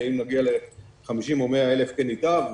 ואם נגיע ל-50,000 או 100,000, כן ייטב.